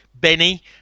Benny